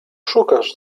szukasz